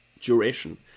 duration